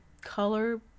color